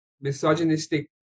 misogynistic